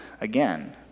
again